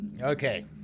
Okay